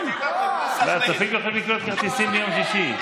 הצופים יכולים לקנות כרטיסים ביום שישי.